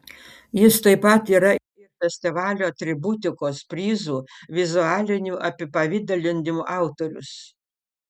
jis taip pat yra ir festivalio atributikos prizų vizualinių apipavidalinimų autorius